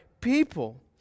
people